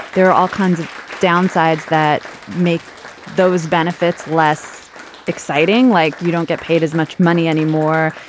there are all kinds of downsides that make those benefits less exciting like you don't get paid as much money anymore.